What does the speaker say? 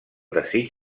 desig